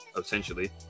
essentially